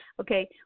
Okay